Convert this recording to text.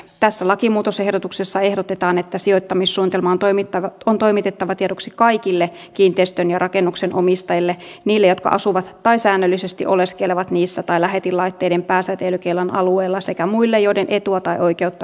tässä lakimuutosehdotuksessa ehdotetaan että sijoittamissuunnitelma on toimitettava tiedoksi kaikille kiinteistön ja rakennuksen omistajille niille jotka asuvat tai säännöllisesti oleskelevat niissä tai lähetinlaitteiden pääsäteilykiellon alueella sekä muille joiden etua tai oikeutta suunnitelma koskee